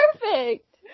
perfect